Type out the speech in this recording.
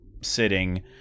sitting